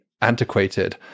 antiquated